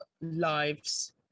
lives